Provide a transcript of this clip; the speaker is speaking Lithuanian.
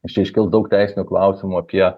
išaiškėjo daug teisinių klausimų apie